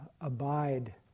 abide